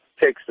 takes